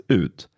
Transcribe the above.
ut